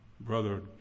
Brother